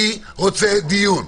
אני רוצה דיון.